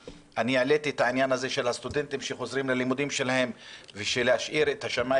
העליתי את העניין שצריך להשאיר את השמיים